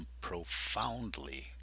profoundly